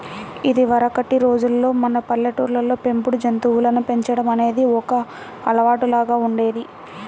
ఇదివరకటి రోజుల్లో మన పల్లెటూళ్ళల్లో పెంపుడు జంతువులను పెంచడం అనేది ఒక అలవాటులాగా ఉండేది